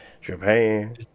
Japan